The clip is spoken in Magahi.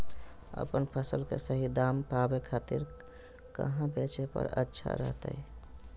अपन फसल के सही दाम पावे खातिर कहां बेचे पर अच्छा रहतय?